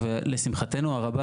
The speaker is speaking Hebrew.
ולשמחתנו הרבה